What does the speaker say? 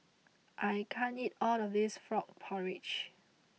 I can't eat all of this Frog Porridge